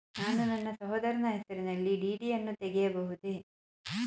ನಾನು ನನ್ನ ಸಹೋದರನ ಹೆಸರಿನಲ್ಲಿ ಡಿ.ಡಿ ಯನ್ನು ತೆಗೆಯಬಹುದೇ?